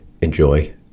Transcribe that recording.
Enjoy